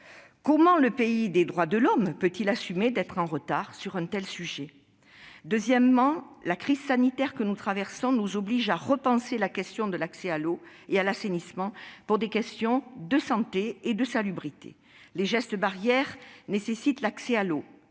Comment le pays des droits de l'homme peut-il assumer d'être en retard sur un tel sujet ? Deuxièmement, la crise sanitaire que nous traversons nous oblige à repenser la question de l'accès à l'eau et à l'assainissement, pour des questions de santé et de salubrité. Les gestes barrières nécessitent l'accès à l'eau.